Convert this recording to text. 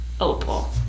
opal